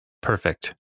Perfect